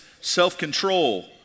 self-control